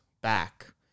back